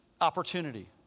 opportunity